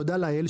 תודה לאל,